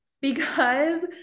because-